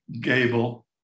Gable